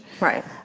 Right